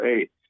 eight